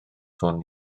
hwn